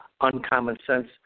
uncommon-sense